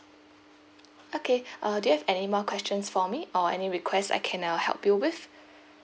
okay uh do you have anymore questions for me or any request I can uh help you with